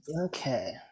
Okay